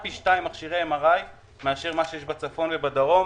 מאשר בצפון ובדרום.